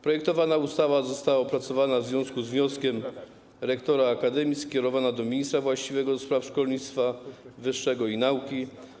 Projektowana ustawa została opracowana i w związku z wnioskiem rektora akademii skierowana do ministra właściwego do spraw szkolnictwa wyższego i nauki.